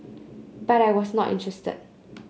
but I was not interested